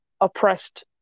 oppressed